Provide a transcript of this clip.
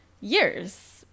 years